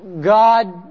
God